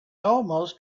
almost